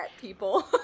people